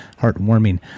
heartwarming